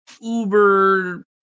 Uber